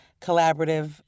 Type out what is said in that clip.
collaborative